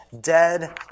dead